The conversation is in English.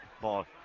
ball